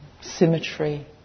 symmetry